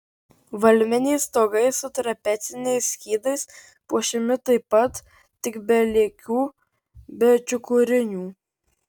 valminiai stogai su trapeciniais skydais puošiami taip pat tik be lėkių be čiukurinių